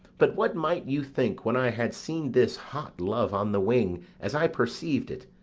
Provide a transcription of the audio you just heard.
but what might you think, when i had seen this hot love on the wing as i perceiv'd it,